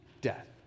death